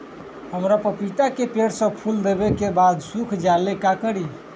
हमरा पतिता के पेड़ सब फुल देबे के बाद सुख जाले का करी?